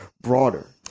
broader